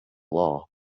law